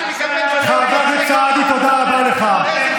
חבר הכנסת סעדי, תודה רבה לך.